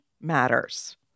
matters